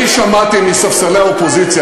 אני שמעתי מספסלי האופוזיציה,